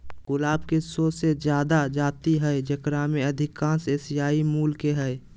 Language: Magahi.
गुलाब के सो से जादा जाति हइ जेकरा में अधिकांश एशियाई मूल के हइ